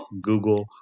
Google